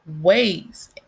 ways